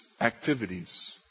activities